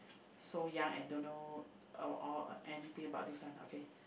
so young and don't know uh all anything about this one okay